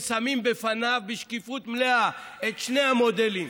ושמים לפניו בשקיפות מלאה את שני המודלים,